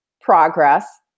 progress